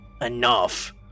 enough